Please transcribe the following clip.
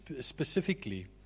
specifically